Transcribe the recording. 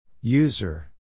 User